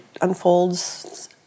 unfolds